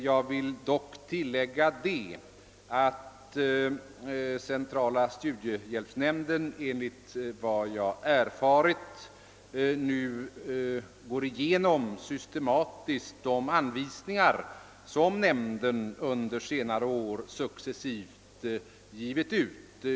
Jag vill tillägga att centrala studiehjälpsnämnden enligt vad jag erfarit systematiskt går igenom de anvisningar som nämnden under senare år successivt givit ut.